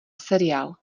seriál